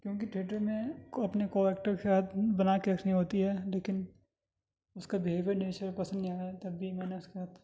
کیونکہ ٹھئیٹر میں کو اپنے کو ایکٹر کے ساتھ بنا کے رکھنی ہوتی ہے لیکن اس کا بہیوئیر نیچر پسند نہیں آیا تب بھی میں نے اس کے ساتھ